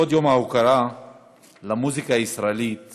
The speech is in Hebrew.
לכבוד יום ההוקרה למוזיקה הישראלית